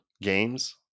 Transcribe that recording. games